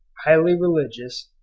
highly religious,